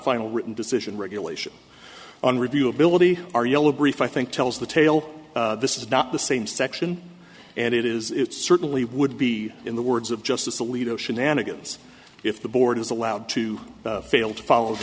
final written decision regulation on review ability our yellow brief i think tells the tale this is not the same section and it is it certainly would be in the words of justice alito shenanigans if the board is allowed to fail to follow